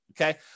Okay